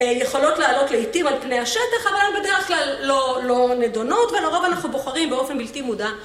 יכולות לעלות לעיתים על פני השטח אבל בדרך כלל לא, לא נדונות, ולרוב אנחנו בוחרים באופן בלתי מודע.